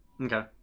Okay